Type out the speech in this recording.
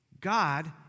God